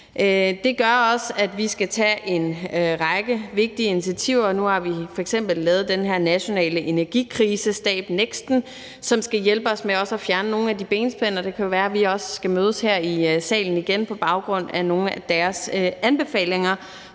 Det gør også, at vi skal tage en række vigtige initiativer. Nu har vi f.eks. lavet den her nationale energikrisestab, NEKST, som også skal hjælpe os med at fjerne nogle af de benspænd, og det kan jo også være, at vi skal mødes her i salen igen på baggrund af nogle af deres anbefalinger,